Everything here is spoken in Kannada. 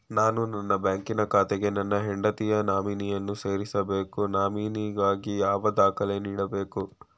ನಾನು ನನ್ನ ಬ್ಯಾಂಕಿನ ಖಾತೆಗೆ ನನ್ನ ಹೆಂಡತಿಯ ನಾಮಿನಿಯನ್ನು ಸೇರಿಸಬೇಕು ನಾಮಿನಿಗಾಗಿ ಯಾವ ದಾಖಲೆ ನೀಡಬೇಕು?